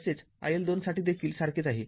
तसेच iL२ साठी देखील सारखेच आहे